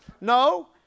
No